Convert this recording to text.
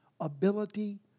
ability